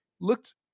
looked